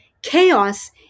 Chaos